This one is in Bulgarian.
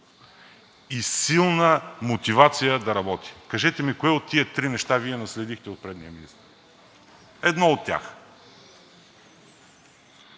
и силна мотивация да работи. Кажете ми: кое от тези три неща Вие наследихте от предния министър – едно от тях?